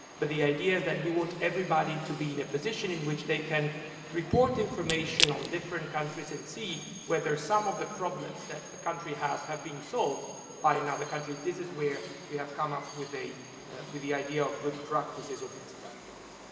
but the idea is that we want everybody to be in a position in which they can report information on different countries and see whether some of the problems that a country has have been solved by another country. this is where we have come up with the idea of good practices, or best practices.